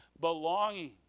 belonging